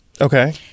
Okay